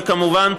וכמובן,